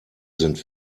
sind